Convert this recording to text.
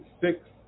six